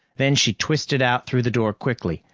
then she twisted out through the door quickly,